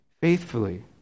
faithfully